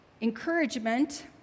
Encouragement